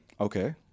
Okay